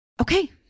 Okay